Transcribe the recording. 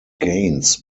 gaines